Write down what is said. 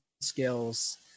skills